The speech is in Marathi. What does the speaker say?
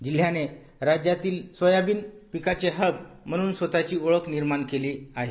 जिल्हाने राज्यातील सोयाबीन पिकाचे हब म्हणून स्वतः ची ओळख निर्माण केली आहे